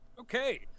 okay